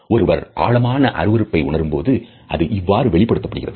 ஒருவர் ஆழமாக அருவருப்பை உணரும்போது அது இவ்வாறு வெளிப்படுத்தப்படுகிறது